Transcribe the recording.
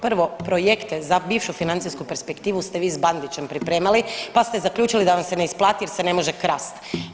Projekte za bivšu financijsku perspektivu ste vi s Bandićem pripremali pa ste zaključili da vam se ne isplati jer se ne može krast.